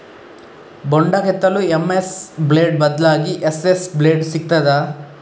ಬೊಂಡ ಕೆತ್ತಲು M S blade ಬದ್ಲಾಗಿ ಎಸ್.ಎಸ್ ಬ್ಲೇಡ್ ಸಿಕ್ತಾದ?